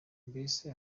mbese